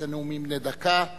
וזה נאומים בני דקה.